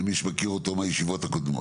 למי שמכיר אותו מהישיבות הקודמות.